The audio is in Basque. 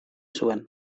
zuen